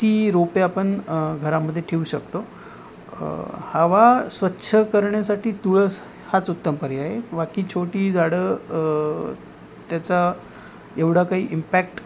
ती रोपे आपण घरामध्ये ठेवू शकतो हवा स्वच्छ करण्यासाठी तुळस हाच उत्तम पर्याय आहे बाकी छोटी झाडं त्याचा एवढा काही इम्पॅक्ट